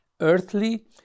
earthly